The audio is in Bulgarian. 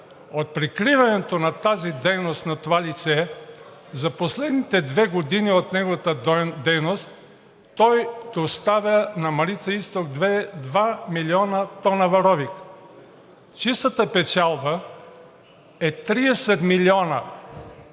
От прикриването на дейността на това лице за последните две години от неговата дейност той доставя на „Марица-изток 2“ два милиона тона варовик. Чистата печалба е 30 милиона,